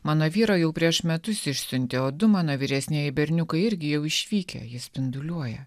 mano vyro jau prieš metus išsiuntė o du mano vyresnieji berniukai irgi jau išvykę jis spinduliuoja